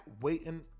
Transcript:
waiting